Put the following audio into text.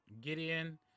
Gideon